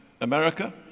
America